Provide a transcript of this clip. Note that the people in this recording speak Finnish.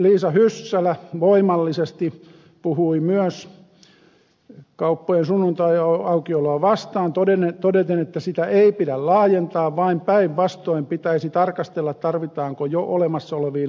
liisa hyssälä voimallisesti puhui myös kauppojen sunnuntaiaukioloa vastaan todeten että sitä ei pidä laajentaa vaan päinvastoin pitäisi tarkastella tarvitaanko jo olemassa oleviin aukioloaikoihin rajoituksia